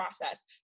process